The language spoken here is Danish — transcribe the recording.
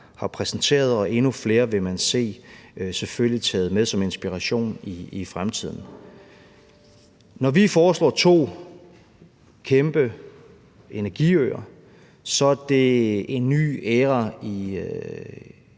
har præsenteret, og endnu flere vil man se selvfølgelig taget med som inspiration i fremtiden. Når vi foreslår to kæmpe energiøer, er det en ny æra i